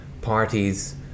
parties